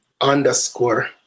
underscore